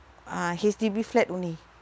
uh H_D_B flat only